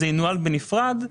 זה ינוהל בנפרד,